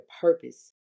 purpose